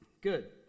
Good